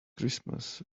christmas